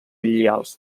lleials